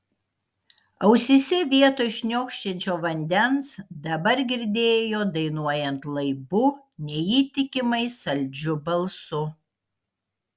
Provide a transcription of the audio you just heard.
ausyse vietoj šniokščiančio vandens dabar girdėjo dainuojant laibu neįtikimai saldžiu balsu